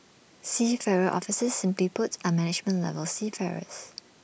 seafarer officers simply put are management level seafarers